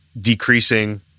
decreasing